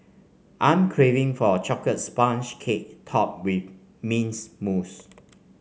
I am craving for a chocolate sponge cake topped with mints mousse